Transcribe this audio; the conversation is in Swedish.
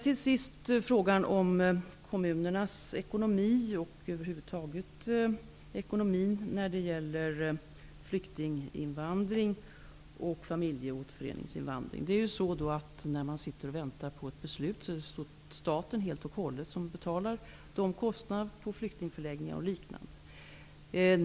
Till sist frågan om kommunernas ekonomi och över huvud taget ekonomin när det gäller flyktinginvandring och familjeåterföreningsinvandring. När man väntar på ett beslut är det staten som helt och hållet betalar kostnaderna för flyktingförläggningar och liknande.